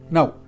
Now